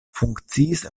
funkciis